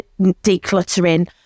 decluttering